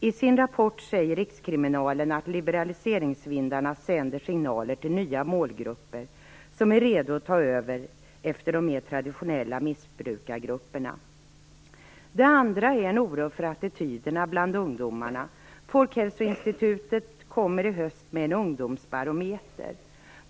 I sin rapport säger Rikskriminalen att liberaliseringsvindarna sänder signaler till nya målgrupper som är redo att ta över efter de mer traditionella missbrukargrupperna. Det andra är en oro för attityderna bland ungdomarna. Folkhälsoinstitutet kommer i höst med en ungdomsbarometer.